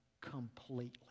completely